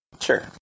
Sure